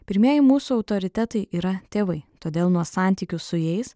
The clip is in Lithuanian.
pirmieji mūsų autoritetai yra tėvai todėl nuo santykių su jais